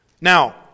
Now